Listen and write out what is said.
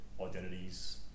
identities